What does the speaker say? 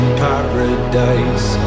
paradise